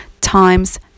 times